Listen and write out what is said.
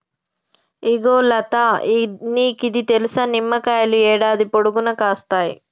ఇగో లతా నీకిది తెలుసా, నిమ్మకాయలు యాడాది పొడుగునా కాస్తాయి